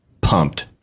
pumped